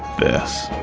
this.